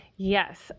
Yes